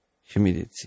humidity